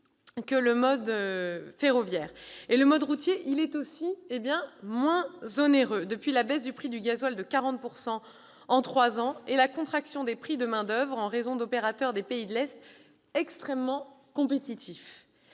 que le mode ferroviaire. Il est aussi moins onéreux, depuis la baisse du prix du gasoil de 40 % en trois ans et la contraction des prix de main-d'oeuvre en raison d'opérateurs des pays de l'Est extrêmement compétitifs.